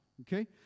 okay